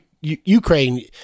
Ukraine